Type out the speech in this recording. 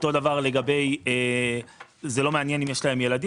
לא מעניין אותו אם יש להם ילדים.